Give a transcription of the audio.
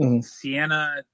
Sienna